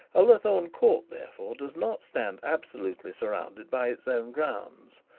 ullathorne court, therefore, does not stand absolutely surrounded by its own grounds,